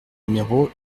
numéro